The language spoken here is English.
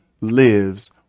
lives